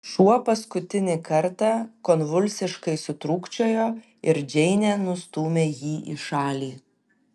šuo paskutinį kartą konvulsiškai sutrūkčiojo ir džeinė nustūmė jį į šalį